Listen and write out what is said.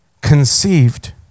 conceived